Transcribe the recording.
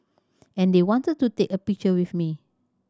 and they wanted to take a picture with me